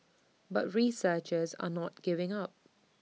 but researchers are not giving up